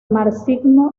marxismo